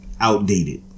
outdated